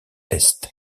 est